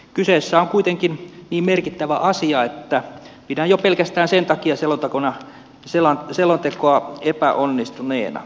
kyseessä on kuitenkin niin merkittävä asia että pidän jo pelkästään sen takia selontekoa epäonnistuneena